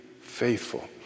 faithful